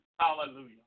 Hallelujah